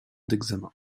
d’examen